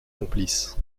complices